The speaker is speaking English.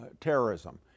terrorism